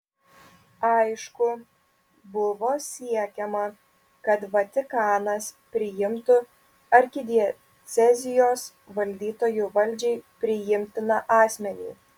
aišku buvo siekiama kad vatikanas priimtų arkidiecezijos valdytoju valdžiai priimtiną asmenį